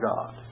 God